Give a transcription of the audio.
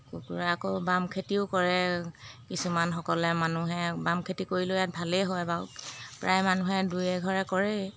কুকুৰা আকৌ বাম খেতিও কৰে কিছুমান সকলে মানুহে বাম খেতি কৰিলেও ইয়াত ভালেই হয় বাৰু প্ৰায় মানুহে দুই এঘৰে কৰেই